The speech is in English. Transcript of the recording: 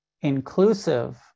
inclusive